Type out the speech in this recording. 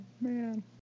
man